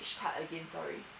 which again sorry